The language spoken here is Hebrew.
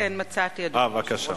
מצאתי, אדוני היושב-ראש.